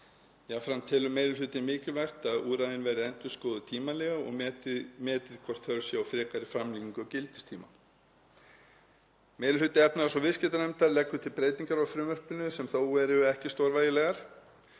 Jafnframt telur meiri hlutinn mikilvægt að úrræðin verði endurskoðuð tímanlega og metið hvort þörf sé á frekari framlengingu á gildistímum. Meiri hluti efnahags- og viðskiptanefndar leggur til breytingar á frumvarpinu sem þó eru ekki stórvægilegar.